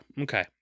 Okay